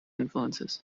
influences